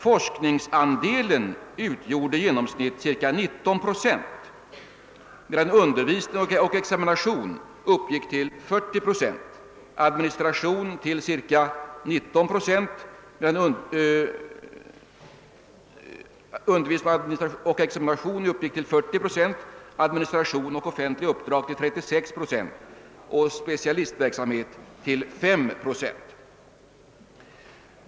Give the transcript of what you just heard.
Forskningsandelen utgjorde i genomsnitt ca 19 procent, medan undervisning och examination uppgick till 40 procent, administration och offentliga uppdrag till 36 procent samt specialistverksamhet till 5 procent.